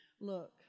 Look